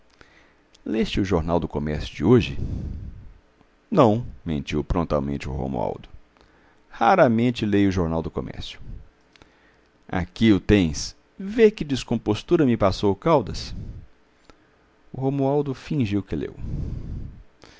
leste o jornal do comércio de hoje não mentiu prontamente o romualdo raramente leio o jornal do comércio aqui o tens vê que descompostura me passou o caldas o romualdo fingiu que leu